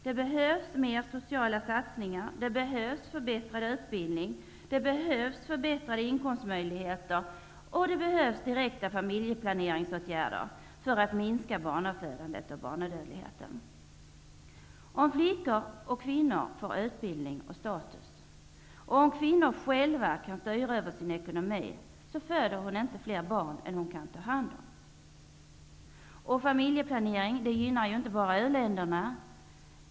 Det behövs mer sociala satsningar, det behövs förbättrad utbildning, det behövs förbättrade inkomstmöjligheter och det behövs direkta familjeplaneringsåtgärder för att minska barnafödandet och barnadödligheten. Om flickor och kvinnor får utbildning och status, och om kvinnor själva kan styra över sin ekonomi föder de inte fler barn än de kan ta hand om. Familjeplanering gynnar inte bara u-länderna.